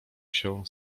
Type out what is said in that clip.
się